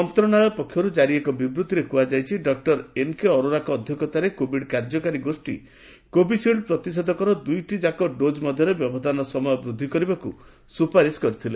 ମନ୍ତ୍ରଶାଳୟ ପକ୍ଷରୁ ଜାରି ଏକ ବିବୃଭିରେ କୁହାଯାଇଛି ଡକୁର ଏନ୍କେ ଅରୋରାଙ୍କ ଅଧ୍ୟକ୍ଷତାରେ କୋବିଡ୍ କାର୍ଯ୍ୟକାରୀ ଗୋଷୀ କୋବିସିଲ୍ଡ ପ୍ରତିଷେଧକର ଦୁଇଟି ଯାକ ଡୋଜ୍ ମଧ୍ୟରେ ବ୍ୟବଧାନ ସମୟ ବୃଦ୍ଧି କରିବାକୁ ସୁପାରିଶ କରିଥିଲେ